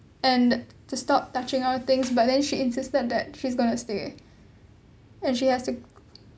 and to stop touching our things but then she insisted that she's gonna stay and she has to